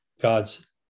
God's